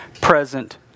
present